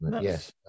Yes